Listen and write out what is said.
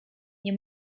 nie